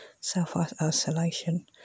self-isolation